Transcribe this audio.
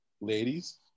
Ladies